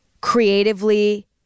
creatively